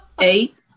eight